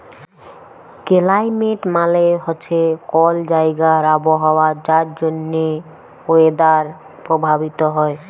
climate মালে হছে কল জাইগার আবহাওয়া যার জ্যনহে ওয়েদার পরভাবিত হ্যয়